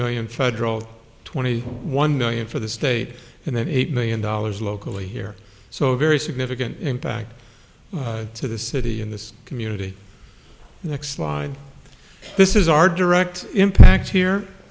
million federal twenty one billion for the state and then eight million dollars locally here so a very significant impact to the city in this community next slide this is our direct impact here